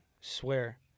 Swear